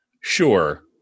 sure